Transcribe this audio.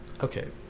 Okay